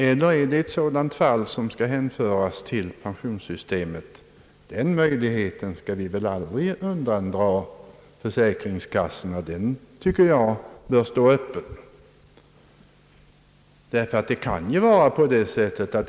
Eller är det fråga om ett sådant fall, som skall hänföras till pensionssystemet? Den prövningen kan vi väl aldrig undandra försäkringskassorna om ärendet aktualiseras.